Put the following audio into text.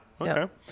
Okay